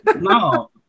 No